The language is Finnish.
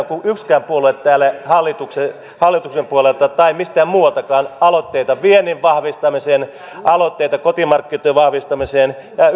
kuin yksikään puolue täällä hallituksen hallituksen puolelta tai mistään muualtakaan aloitteita viennin vahvistamiseen aloitteita kotimarkkinoitten vahvistamiseen ja